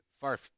far